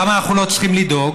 למה אנחנו לא צריכים לדאוג?